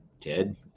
Ted